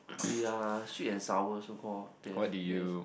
their are sweet and sour so called there's there's